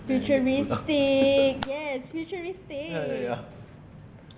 pula ya ya ya